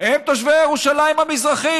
הם תושבי ירושלים המזרחית,